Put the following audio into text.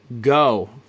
go